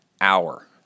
hour